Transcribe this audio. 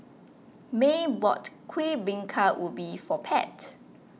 Maye bought Kuih Bingka Ubi for Pat